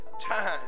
time